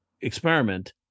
experiment